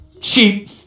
sheep